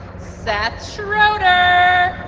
seth shroeder